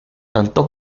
tanto